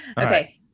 okay